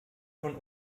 von